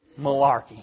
Malarkey